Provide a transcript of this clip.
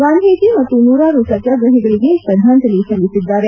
ಗಾಂಧೀಜಿ ಮತ್ತು ನೂರಾರು ಸತ್ನಾಗ್ರಹಿಗಳಿಗೆ ಶ್ರದ್ದಾಂಜಲಿ ಸಲ್ಲಿಸಿದ್ದಾರೆ